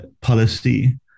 policy